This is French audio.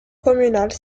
communale